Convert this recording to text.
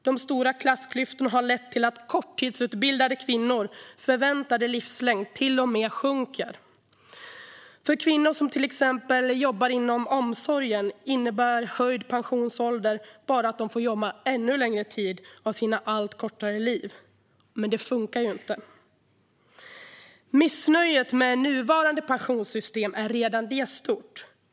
De stora klassklyftorna har lett till att korttidsutbildade kvinnors förväntade livslängd till och med sjunker. För kvinnor som till exempel jobbar inom omsorgen innebär höjd pensionsålder bara att de får jobba ännu längre tid av sina allt kortare liv. Det funkar inte! Missnöjet med nuvarande pensionssystem är redan det stort.